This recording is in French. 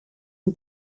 une